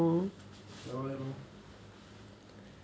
ya lor ya lor